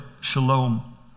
shalom